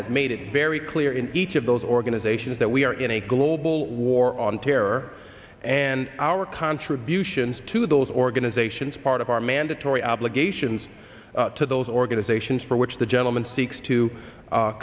has made it very clear in each of those organizations that we are in a global war on terror and our contributions to those organizations part of our mandatory obligations to those organizations for which the gentleman